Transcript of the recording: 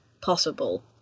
possible